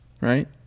right